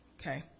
Okay